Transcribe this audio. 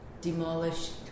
demolished